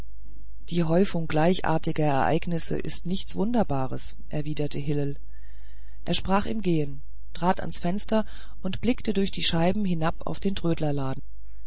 die häufung gleichartiger ereignisse ist nichts wunderbares erwiderte hillel er sprach im gehen trat ans fenster und blickte durch die scheiben hinab auf den trödlerladen